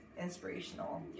inspirational